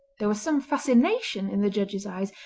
there was some fascination in the judge's eyes,